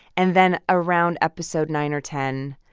and then around episode nine or ten,